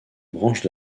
branches